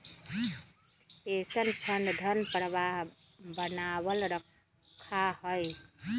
pension fund धन प्रवाह बनावल रखा हई